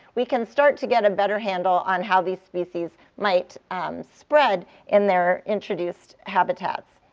we can start to get a better handle on how these species might um spread in their introduced habitats.